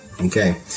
Okay